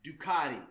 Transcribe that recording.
Ducati